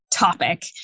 Topic